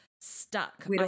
stuck